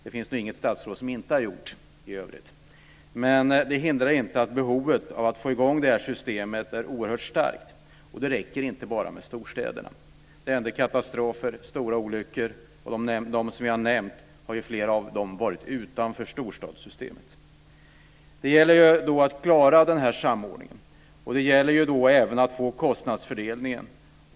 Det finns nog inget statsråd som inte har gjort det, för övrigt. Men det hindrar inte att behovet av att få i gång det här systemet är oerhört stort. Och det räcker inte med bara storstäderna. Det händer katastrofer och stora olyckor, och flera av dem som vi har nämnt har ju inträffat utanför storstadsområdena. Det gäller då att klara den här samordningen, och även kostnadsfördelningen.